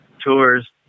tours